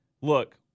look